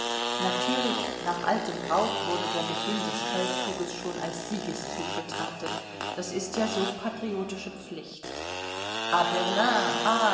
natürlich nach altem brauch wurde der beginn des feldzuges schon als siegeszug betrachtet das ist ja so patriotische pflicht